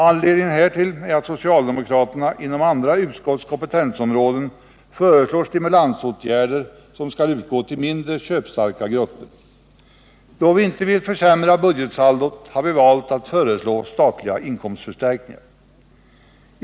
Anledningen härtill är att socialdemokraterna inom andra utskotts kompetensområden föreslår stimulansåtgärder för mindre köpstarka grupper. Då vi inte vill försämra budgetsaldot, har vi valt att föreslå statliga inkomstförstärkningar.